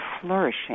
flourishing